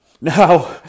Now